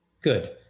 Good